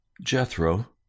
Jethro